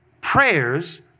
prayers